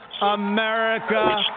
America